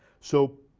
so